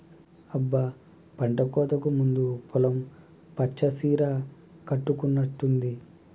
అబ్బ పంటకోతకు ముందు పొలం పచ్చ సీర కట్టుకున్నట్టుంది